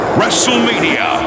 WrestleMania